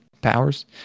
Powers